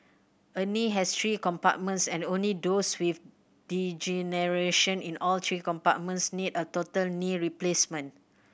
a knee has three compartments and only those with degeneration in all three compartments need a total knee replacement